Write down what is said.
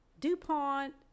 DuPont